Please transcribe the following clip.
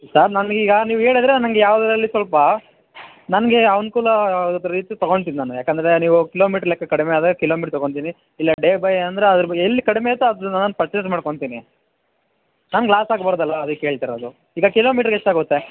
sir ನನಗೀಗ ನೀವು ಹೇಳಿದರೆ ನನಗೆ ಯಾವುದ್ರಲ್ಲಿ ಸ್ವಲ್ಪ ನನಗೆ ಅನುಕೂಲ ಆಗೋದು ರೀತಿ ತಗೊಂತೀನಿ ನಾನು ಯಾಕೆಂದರೆ ನೀವು ಕಿಲೋಮೀಟರ್ ಲೆಕ್ಕ ಕಡಿಮೆ ಆದರೆ ಕಿಲೋಮೀಟರ್ ತಗೊಂತೀನಿ ಇಲ್ಲ ಡೇ ಬೈ ಅಂದರೆ ಅದರ ಎಲ್ಲಿ ಕಡಿಮೆ ಇರತ್ತೋ ಅದು ನಾನು ಪರ್ಚೆಸ್ ಮಾಡ್ಕೊತೀನಿ ನನಗೆ ಲಾಸ್ ಆಗಬಾರದಲ್ಲ ಅದಕ್ಕೇಳ್ತಾ ಇರೋದು ಈಗ ಕಿಲೋಮೀಟರ್ಗೆ ಎಷ್ಟಾಗುತ್ತೆ